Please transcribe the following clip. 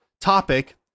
topic